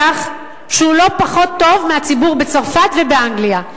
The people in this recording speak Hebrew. שהוא לא פחות טוב מהציבור בצרפת ובאנגליה.